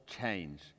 change